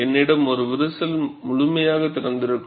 என்னிடம் ஒரு விரிசல் முழுமையாக திறந்திருக்கும்